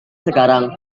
sekarang